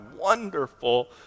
wonderful